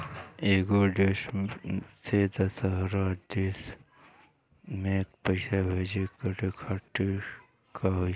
एगो देश से दशहरा देश मे पैसा भेजे ला का करेके होई?